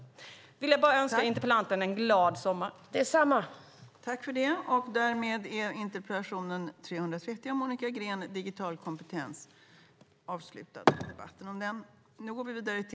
Slutligen vill jag önska interpellanten en glad sommar. : Detsamma!)